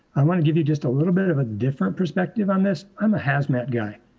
i wanna give you just a little bit of a different perspective on this. i'm a hazmat guy.